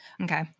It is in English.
Okay